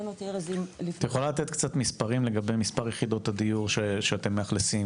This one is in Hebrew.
את יכולה לתת קצת מספרים לגבי מספר יחידות הדיור שאתם מאכלסים,